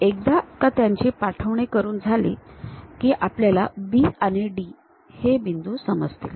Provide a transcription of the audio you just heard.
एकदा का त्यांची पाठवणी करून झाली की आपल्याला B आणि D हे बिंदू समजतील